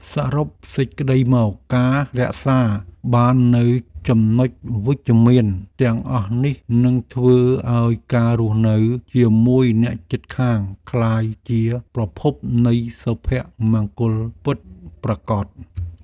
សរុបសេចក្តីមក ការរក្សាបាននូវចំណុចវិជ្ជមានទាំងអស់នេះនឹងធ្វើឱ្យការរស់នៅជាមួយអ្នកជិតខាងក្លាយជាប្រភពនៃសុភមង្គលពិតប្រាកដ។